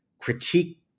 critique